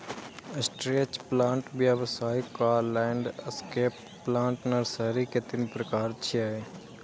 stretch plant, व्यावसायिक आ landscape plant nursery के तीन प्रकार छियै